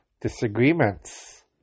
disagreements